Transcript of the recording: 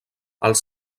els